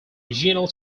regional